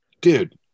dude